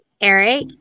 Eric